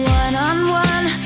one-on-one